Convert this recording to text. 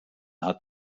hat